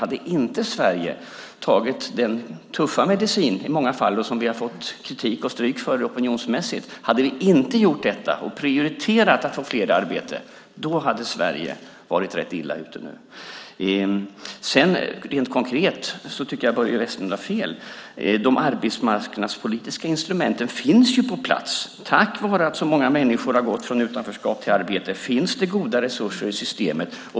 Hade inte Sverige tagit den i många fall tuffa medicin som vi har fått kritik och stryk för opinionsmässigt och prioriterat att få fler i arbete hade Sverige varit rätt illa ute nu. Rent konkret tycker jag att Börje Vestlund har fel. De arbetsmarknadspolitiska instrumenten finns ju på plats. Tack vare att så många människor har gått från utanförskap till arbete finns det goda resurser i systemet.